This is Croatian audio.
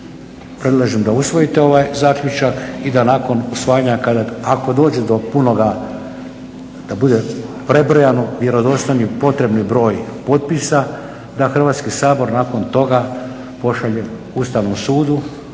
predlažem da usvojite ovaj zaključak i da nakon usvajanja, ako dođe do punoga da bude prebrojano vjerodostojni potrebni broj potpisa, da Hrvatski sabor nakon toga pošalje Ustavnom sudu